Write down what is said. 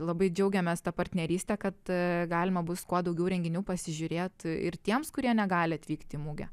labai džiaugiamės ta partneryste kad galima bus kuo daugiau renginių pasižiūrėt ir tiems kurie negali atvykti į mugę